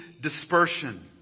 dispersion